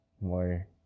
more